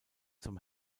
zum